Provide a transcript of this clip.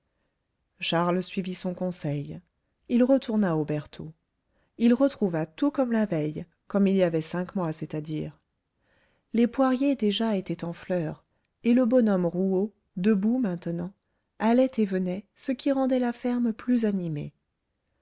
charles suivit son conseil il retourna aux bertaux il retrouva tout comme la veille comme il y avait cinq mois c'est-à-dire les poiriers déjà étaient en fleur et le bonhomme rouault debout maintenant allait et venait ce qui rendait la ferme plus animée